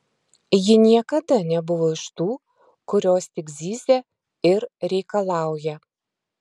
ji niekada nebuvo iš tų kurios tik zyzia ir reikalauja